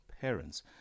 parents